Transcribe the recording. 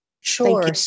Sure